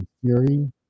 Fury